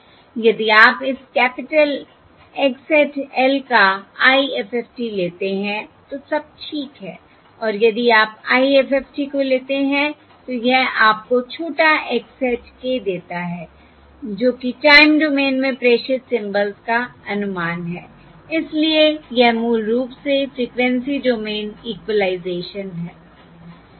यदि आप इस कैपिटल X hat l का IFFT लेते हैं तो सब ठीक है और यदि आप IFFT को लेते हैं तो यह आपको छोटा x hat k देता है जो कि टाइम डोमेन में प्रेषित सिंबल्स का अनुमान है इसलिए यह मूल रूप से फ़्रिक्वेंसी डोमेन इक्वलाइजेशन है